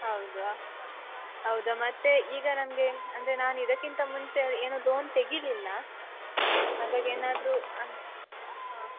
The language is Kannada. ಹೌದಾ ಹೌದಾ ಮತ್ತು ಈಗ ನನಗೆ ಅಂದರೆ ನಾನು ಇದಕ್ಕಿಂತ ಮುಂಚೆ ಏನು ಲೋನ್ ತೆಗೀಲಿಲ್ಲ ಹಾಗಾಗಿ ಏನಾದರು ಹಾಂ